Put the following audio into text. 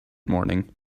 morning